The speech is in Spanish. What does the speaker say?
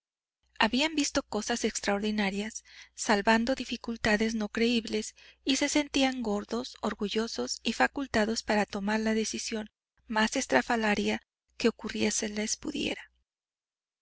habían visto cosas extraordinarias salvando dificultades no creíbles y se sentían gordos orgullosos y facultados para tomar la decisión más estrafalaria que ocurrírseles pudiera